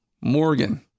Morgan